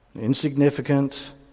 insignificant